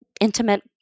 intimate